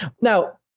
Now